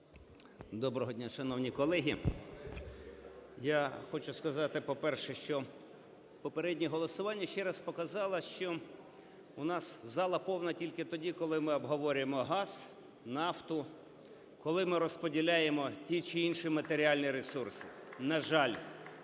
Доброго дня, шановні колеги! Я хочу сказати, по-перше, що попереднє голосування ще раз показало, що у нас зала повна тільки тоді, коли ми обговорюємо газ, нафту, коли ми розподіляємо ті чи інші матеріальні ресурси.